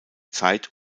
zeit